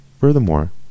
Furthermore